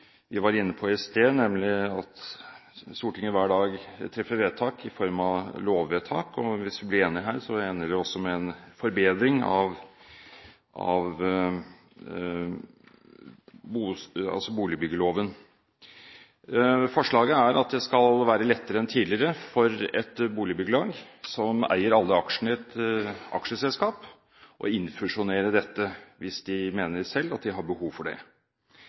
vi var inne på i sted, nemlig at Stortinget hver dag treffer vedtak i form av lovvedtak, og hvis vi blir enige her, så ender det med en forbedring av boligbyggelagsloven. Forslaget er at det skal være lettere enn tidligere for et boligbyggelag som eier alle aksjene i et aksjeselskap, å innfusjonere dette hvis de mener selv at de har behov for det.